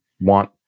want